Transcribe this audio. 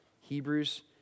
Hebrews